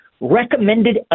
recommended